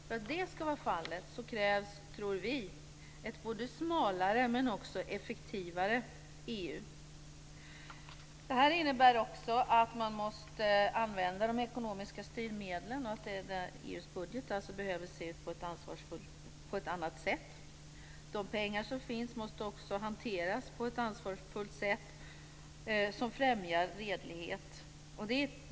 För att det ska bli fallet krävs ett både smalare och effektivare EU. Det innebär att man måste använda de ekonomiska styrmedlen och att EU:s budget behöver se ut på ett annat sätt. De pengar som finns måste också hanteras på ett ansvarsfullt sätt som främjar redlighet.